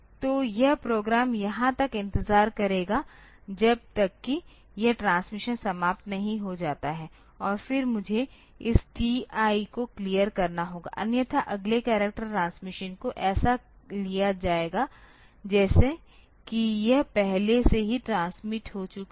तो यह प्रोग्राम यहां तक इंतजार करेगा जब तक कि यह ट्रांसमिशन समाप्त नहीं हो जाता है और फिर मुझे इस TI को क्लियर करना होगा अन्यथा अगले करैक्टर ट्रांसमिशन को ऐसा लिया जाएगा जैसे कि यह पहले से ही ट्रांसमिट हो चुका है